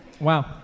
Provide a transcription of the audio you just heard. Wow